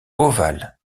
ovales